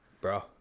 bro